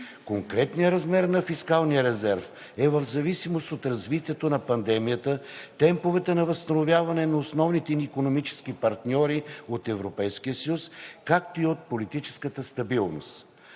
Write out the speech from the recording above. Конкретният размер на фискалния резерв е в зависимост от развитието на пандемията, темповете на възстановяване на основните ни икономически партньори от Европейския съюз, както и от политическата стабилност.